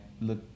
look